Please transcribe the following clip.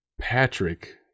Patrick